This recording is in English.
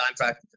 contract